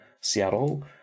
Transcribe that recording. Seattle